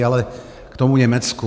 Ale k tomu Německu.